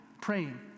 praying